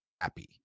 Happy